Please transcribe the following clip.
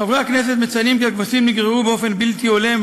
חברי הכנסת מציינים כי הכבשים נגררו באופן בלתי הולם,